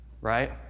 right